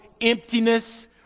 emptiness